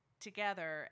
together